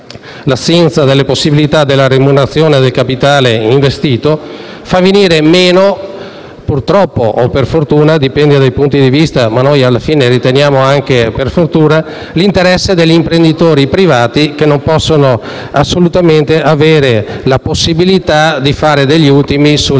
l'assenza delle possibilità della remunerazione del capitale investito, fa venire meno - purtroppo o per fortuna, dipende dai punti di vista, ma noi alla fine riteniamo anche per fortuna - l'interesse degli imprenditori privati, che non hanno assolutamente la possibilità di fare degli utili sulla